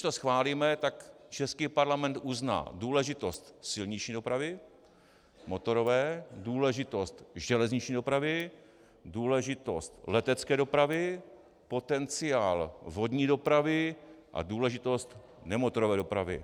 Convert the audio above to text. Když to schválíme, tak český Parlament uzná důležitost silniční dopravy, motorové, důležitost železniční dopravy, důležitost letecké dopravy, potenciál vodní dopravy a důležitost nemotorové dopravy.